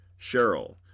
Cheryl